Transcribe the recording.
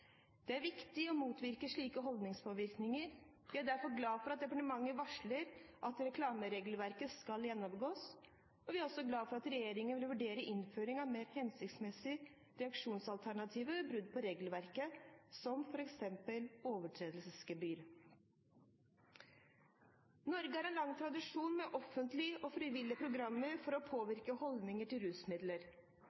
Det er viktig å motvirke slik holdningspåvirkning. Vi er derfor glad for at departementet varsler at reklameregelverket skal gjennomgås. Vi er også glad for at regjeringen vil vurdere innføring av mer hensiktsmessige reaksjonsalternativer ved brudd på regelverket, som f.eks. overtredelsesgebyr. Norge har lang tradisjon med offentlige og frivillige programmer for å